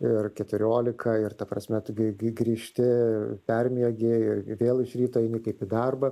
ir keturiolika ir ta prasme tu gi grįžti permiegi ir vėl iš ryto eini kaip į darbą